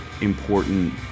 important